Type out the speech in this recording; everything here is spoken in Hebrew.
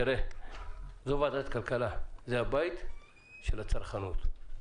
תראה, זאת ועדת הכלכלה, זה הבית של הצרכנות.